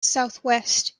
southwest